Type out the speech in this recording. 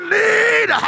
need